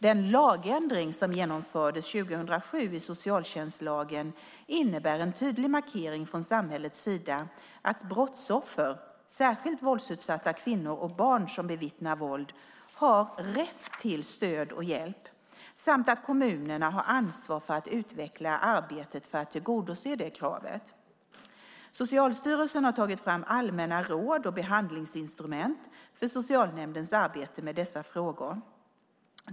Den lagändring som genomfördes 2007 i socialtjänstlagen innebär en tydlig markering från samhällets sida att brottsoffer, särskilt våldsutsatta kvinnor och barn som bevittnar våld, har rätt till stöd och hjälp samt att kommunerna har ansvar för att utveckla arbetet för att tillgodose det kravet. Socialstyrelsen har tagit fram allmänna råd och behandlingsinstrument för socialnämndens arbete med dessa frågor.